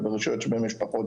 וברשויות שבהן יש פחות,